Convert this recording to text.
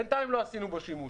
בינתיים לא עשינו בו שימוש.